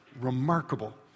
Remarkable